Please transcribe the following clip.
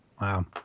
Wow